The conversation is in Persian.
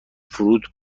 فروت